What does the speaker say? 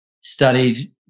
studied